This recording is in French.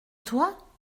toi